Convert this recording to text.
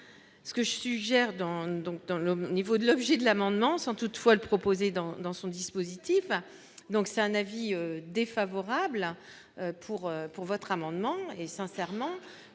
ce que je suggère dans donc dans le niveau de l'objet de l'amendement, sans toutefois le proposer dans dans son dispositif, donc c'est un avis défavorable pour pour votre amendement et sincèrement